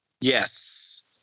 Yes